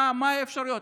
מה האפשרויות,